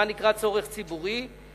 מה נקרא "צורך ציבורי",